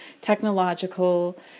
technological